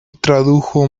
tradujo